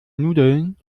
nudeln